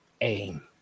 aim